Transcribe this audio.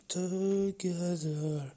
together